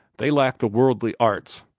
they lack the worldly arts.